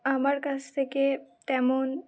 আমার কাছ থেকে তেমন